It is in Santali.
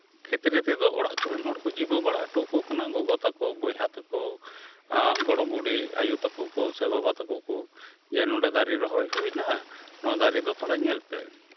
ᱠᱷᱮᱛᱨᱮ ᱛᱮᱫᱚ ᱚᱲᱟᱜ ᱠᱚᱨᱮᱱ ᱦᱚᱲ ᱠᱚᱠᱚ ᱡᱤᱱᱢᱟᱹ ᱵᱟᱲᱟ ᱦᱚᱴᱚ ᱟᱠᱚ ᱠᱟᱱᱟ ᱜᱚᱜᱚ ᱛᱟᱠᱚ ᱵᱚᱭᱦᱟ ᱛᱟᱠᱚ ᱜᱚᱲᱚᱢ ᱵᱩᱰᱷᱤ ᱟᱭᱳ ᱛᱟᱠᱚ ᱥᱮ ᱵᱟᱵᱟ ᱛᱟᱠᱚ ᱠᱚ ᱡᱮ ᱱᱚᱰᱮ ᱫᱟᱨᱮ ᱨᱚᱦᱚᱭ ᱦᱩᱭᱱᱟ ᱱᱚᱣᱟ ᱫᱟᱨᱮ ᱫᱚ ᱛᱷᱚᱲᱟ ᱧᱮᱞ ᱯᱮ